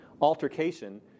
altercation